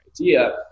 idea